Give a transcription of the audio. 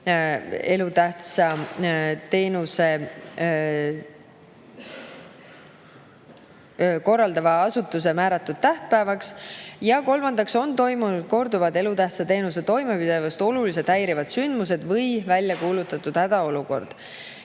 elutähtsa teenuse korraldava asutuse määratud tähtpäevaks, ja kolmandaks on toimunud korduvad elutähtsa teenuse toimepidevust oluliselt häirivad sündmused või on välja kuulutatud hädaolukord.